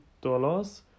dollars